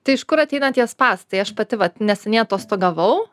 tai iš kur ateina tie spąstai aš pati vat neseniai atostogavau